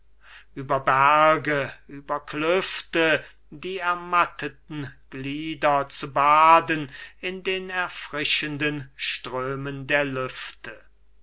über berge über klüfte die ermatteten glieder zu baden in den erfrischenden strömen der lüfte